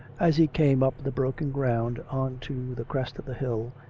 as he came up the broken ground on to the crest of the hill,